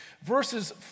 Verses